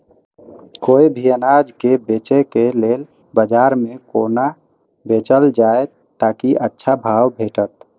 कोय भी अनाज के बेचै के लेल बाजार में कोना बेचल जाएत ताकि अच्छा भाव भेटत?